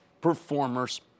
performers